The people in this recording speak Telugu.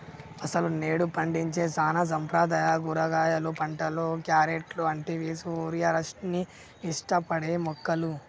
అసలు నేడు పండించే సానా సాంప్రదాయ కూరగాయలు పంటలు, క్యారెట్లు అంటివి సూర్యరశ్మిని ఇష్టపడే మొక్కలు